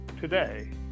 today